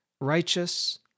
Righteous